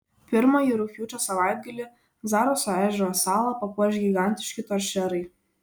pirmąjį rugpjūčio savaitgalį zaraso ežero salą papuoš gigantiški toršerai